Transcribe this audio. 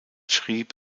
schrieb